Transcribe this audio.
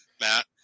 Matt